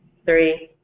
three,